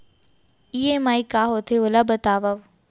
EMI का होथे, ओला बतावव